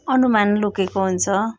अनुमान लुकेको हुन्छ